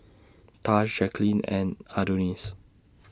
Tahj Jacqueline and Adonis